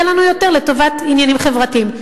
יהיה לנו יותר לטובת עניינים חברתיים.